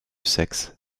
sexe